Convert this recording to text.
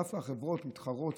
דווקא החברות מתחרות,